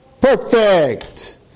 Perfect